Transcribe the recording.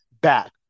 back